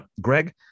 Greg